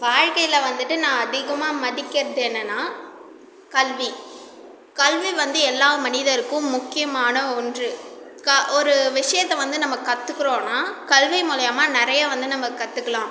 வாழ்க்கையில் வந்துட்டு நான் அதிகமாக மதிக்கிறது என்னனால் கல்வி கல்வி வந்து எல்லா மனிதருக்கும் முக்கியமான ஒன்று க ஒரு விஷயத்த வந்து நம்ம கற்றுக்குறோன்னா கல்வி மூலிமா நிறையா வந்து நம்ப கற்றுக்குலாம்